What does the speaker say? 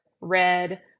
red